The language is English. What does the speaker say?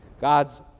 God's